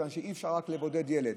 מכיוון שאי-אפשר לבודד רק ילד,